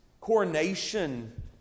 coronation